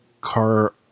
car